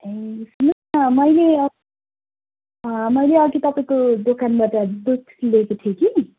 ए सुन्नुहोस् न मैले मैले अघि तपाईँको दोकानबाट दुध ल्याएको थिएँ कि